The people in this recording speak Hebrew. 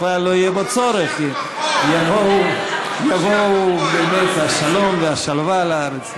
בכלל לא יהיה בו צורך כי יבואו ימי השלום והשלווה לארץ.